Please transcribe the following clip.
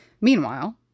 Meanwhile